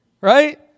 right